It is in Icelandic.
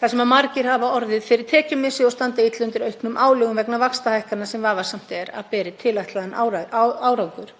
þar sem margir hafa orðið fyrir tekjumissi og standa illa undir auknum álögum vegna vaxtahækkana sem vafasamt er að beri tilætlaðan árangur.